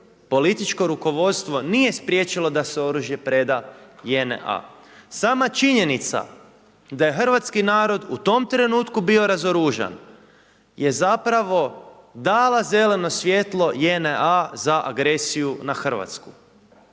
političko rukovodstvo nije spriječilo da se oružje preda JNA. Sama činjenica da je hrvatski narod u tom trenutku bio razoružan je zapravo dala zeleno svjetlo JNA za agresiju na Hrvatsku.